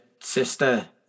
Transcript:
sister